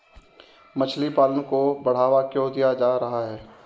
मछली पालन को बढ़ावा क्यों दिया जा रहा है?